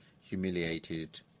humiliated